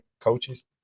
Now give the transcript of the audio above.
coaches